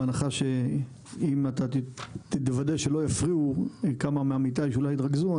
בהנחה שתוודא שלא יפריעו,